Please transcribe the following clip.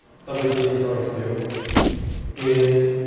subroutines going to do is